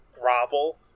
grovel